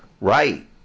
Right